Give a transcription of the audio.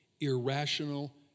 irrational